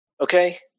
Okay